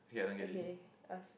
okay ask